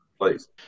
please